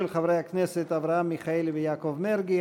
של חברי הכנסת אברהם מיכאלי ויעקב מרגי.